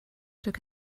took